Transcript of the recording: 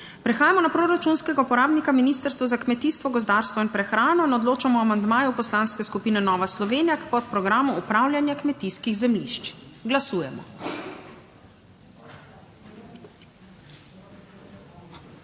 Prehajamo na proračunskega uporabnika Ministrstvo za kmetijstvo, gozdarstvo in prehrano. Odločamo o amandmaju Poslanske skupine Nova Slovenija k podprogramu upravljanja kmetijskih zemljišč. Glasujemo.